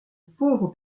pauvre